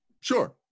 sure